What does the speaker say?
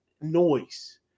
Noise